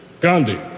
Gandhi